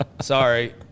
Sorry